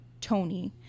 Tony